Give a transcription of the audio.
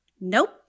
Nope